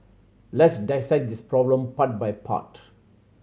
let's dissect this problem part by part